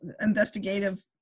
investigative